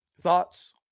thoughts